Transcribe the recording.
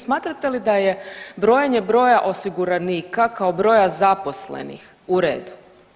Smatrate li da je brojenje broja osiguranika kao broja zaposlenih u redu?